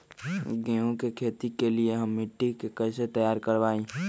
गेंहू की खेती के लिए हम मिट्टी के कैसे तैयार करवाई?